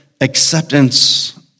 acceptance